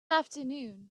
afternoon